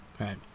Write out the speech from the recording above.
right